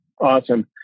awesome